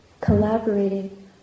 collaborating